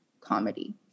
comedy